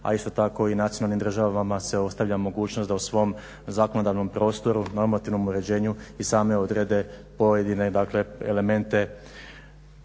a isto tako i nacionalnim državama se ostavlja mogućnost da u svom zakonodavnom prostoru, normativnom uređenju i same odrede pojedine elemente